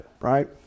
right